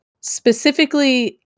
Specifically